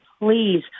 please